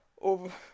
over